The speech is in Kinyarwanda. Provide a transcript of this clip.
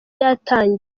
yatangiye